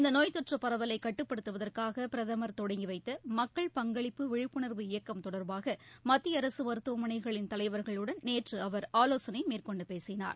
இந்த நோய் தொற்று பரவலை கட்டுப்படுத்துவதற்காக பிரதமர் தொடங்கி வைத்த மக்கள் பங்களிப்பு விழிப்புணர்வு இயக்கம் தொடர்பாக மத்திய அரசு மருத்துவமனைகளின் தலைவர்களுடன் நேற்று அவர் ஆலோசனை மேற்கொண்டு பேசினார்